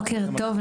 בוקר טוב,